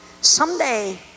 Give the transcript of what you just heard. Someday